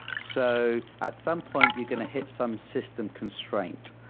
so at some point you're going to hit some system constraint.